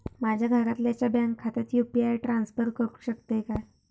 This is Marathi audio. माझ्या घरातल्याच्या बँक खात्यात यू.पी.आय ट्रान्स्फर करुक शकतय काय?